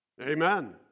Amen